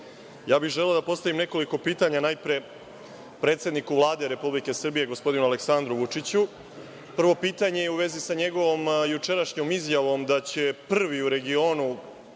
bih želeo da postavim nekoliko pitanja, najpre, predsedniku Vlade Republike Srbije, gospodinu Aleksandar Vučić. Prvo pitanje je u vezi sa njegovom jučerašnjom izjavom da će prvi u regionu,